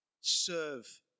serve